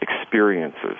experiences